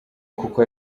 kuko